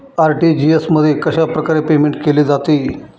RTGS मध्ये कशाप्रकारे payment केले जाते?